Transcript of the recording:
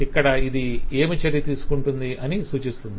ఇక్కడ ఇది ఏమి చర్య తీసుకుంటుంది అని సూచిస్తుంది